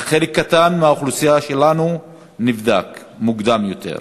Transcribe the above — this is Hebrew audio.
רק חלק קטן מהאוכלוסייה שלנו נבדק בה.